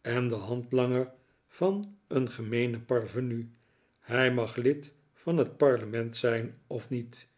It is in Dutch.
en den handlanger van een gemeenen parvenu hij mag lid van het parlement zijn of niet